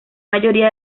mayoría